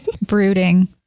Brooding